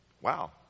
Wow